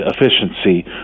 efficiency